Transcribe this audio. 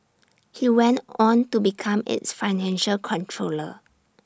he went on to become its financial controller